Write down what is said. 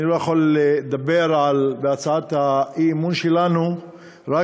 אני לא יכול לדבר בהצעת האי-אמון שלנו רק